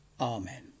Amen